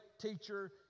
teacher